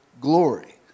glory